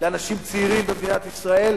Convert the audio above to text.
לאנשים צעירים במדינת ישראל,